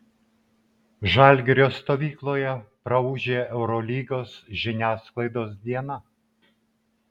žalgirio stovykloje praūžė eurolygos žiniasklaidos diena